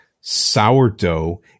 sourdough